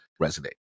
resonate